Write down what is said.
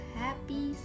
happy